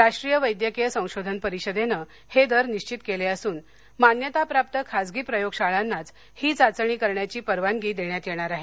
राष्ट्रीय वैद्यकीय संशोधन परिषदेनं हे दर निश्वित केले असून मान्यताप्राप्त खासगी प्रयोगशाळांनाच ही चाचणी करण्याची परवानगी देण्यात येणार आहे